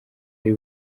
ari